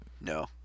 No